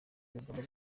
bigomba